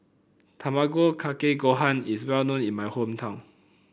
Tamago Kake Gohan is well known in my hometown